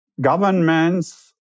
Governments